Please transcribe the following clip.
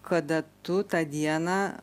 kada tu tą dieną